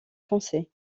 foncé